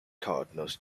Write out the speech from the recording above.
cardinals